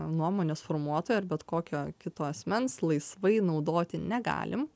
nuomonės formuotojo ar bet kokio kito asmens laisvai naudoti negalim